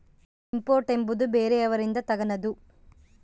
import ಎಂಬುವುದು ಬೇರೆಯವರಿಂದ ತಗನದು